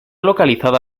localizada